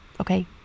okay